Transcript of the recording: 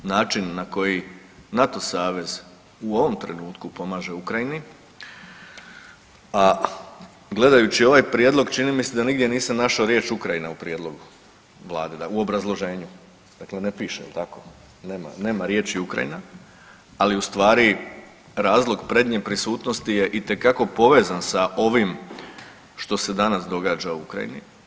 Način na koji NATO savez u ovom trenutku pomaže Ukrajini, a gledajući ovaj prijedlog čini mi se da nigdje nisam našao riječ Ukrajina u prijedlogu Vlade u obrazloženju, dakle ne piše nema riječi Ukrajina, ali ustvari prednje prisutnosti je itekako povezan sa ovim što se danas događa u Ukrajini.